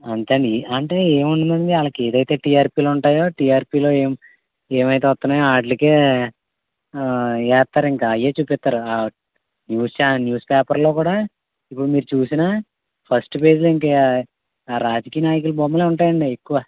అంతేండి అంటే ఏముండదండి వాళ్ళకి ఏదైతే టీఆర్పీలుంటాయో టీఆర్పీలో ఏం ఏమైతే వస్తున్నాయో వాటికే వేస్తారింకా అవే చూపిస్తారు న్యూస్ చాన్ న్యూస్ పేపర్లో కూడా ఇప్పుడు మీరు చూసిన ఫస్ట్ పేజ్లో ఇంకా రాజకీయ నాయకుల బొమ్మలే ఉంటాయండి ఎక్కువ